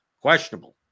questionable